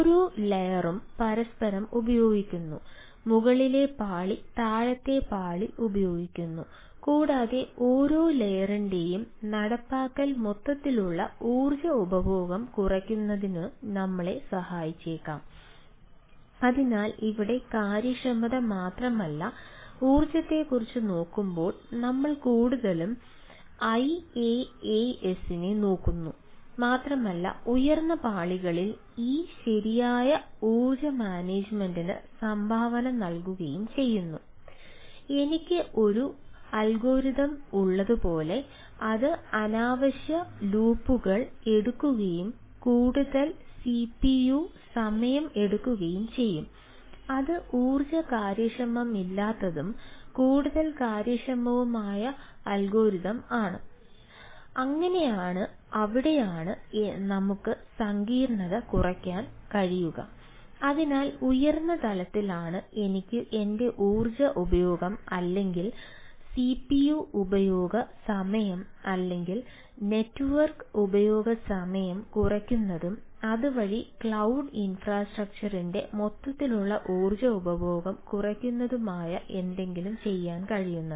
ഓരോ ലെയറും മൊത്തത്തിലുള്ള ഊർജ്ജ ഉപഭോഗം കുറയ്ക്കുന്നതുമായ എന്തെങ്കിലും ചെയ്യാൻ കഴിയുന്നത്